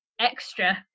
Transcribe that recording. extra